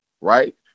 Right